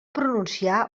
pronunciar